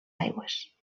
aigües